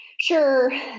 Sure